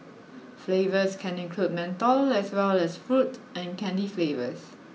flavours can include menthol as well as fruit and candy flavours